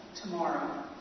Tomorrow